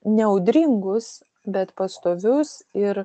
ne audringus bet pastovius ir